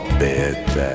bed